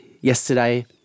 yesterday